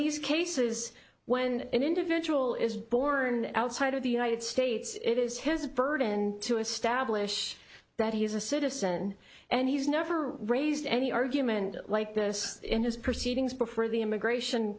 these cases when an individual is born outside of the united states it is his burden to establish that he is a citizen and he's never raised any argument like this in his proceedings before the immigration